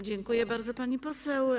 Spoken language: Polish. Dziękuję bardzo, pani poseł.